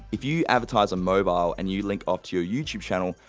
if you advertise on mobile and you link off to your youtube channel,